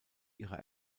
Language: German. ihre